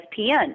ESPN